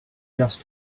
just